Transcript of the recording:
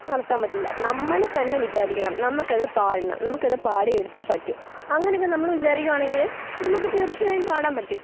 വളർത്താൻ പറ്റില്ല നമ്മൾ തന്നെ വിചാരിക്കണം നമുക്കതു പാടണം നമുക്കത് പാടി എടുത്തേ പറ്റു അങ്ങനെയൊക്കെ നമ്മൾ വിചാരിക്കുകയാണെങ്കിൽ നമുക്ക് തീർച്ചയായും പാടാം പറ്റും